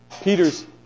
Peter's